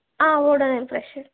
Odonil fresh